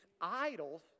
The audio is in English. idols